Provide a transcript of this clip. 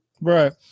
Right